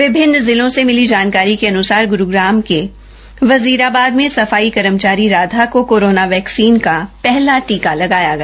विभिन्न जिलों से मिली जानकारी के अनुसार गुरूग्रम के वजीराबाद में सफाई कर्मचारी राधा को कोरोना वैक्सीन का पहला टीका लगाया गया